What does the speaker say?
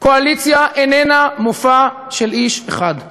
קואליציה איננה מופע של איש אחד.